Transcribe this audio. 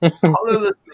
Colorless